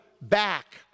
back